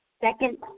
second